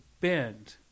bend